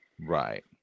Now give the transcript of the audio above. Right